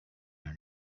our